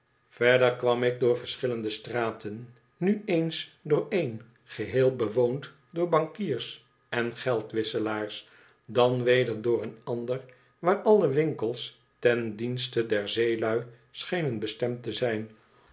verder kwam ik door verschillende straten nu eens door één geheel bewoond door bankiers en geldwisselaars dan weder door een ander waar alle winkels ten dienste der zeelui schenen bestemd te zijn